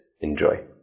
Enjoy